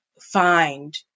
find